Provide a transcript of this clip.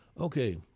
Okay